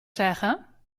zeggen